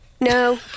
No